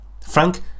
Frank